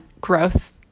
growth